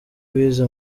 wize